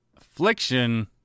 Affliction